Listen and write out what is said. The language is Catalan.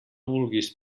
vulguis